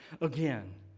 again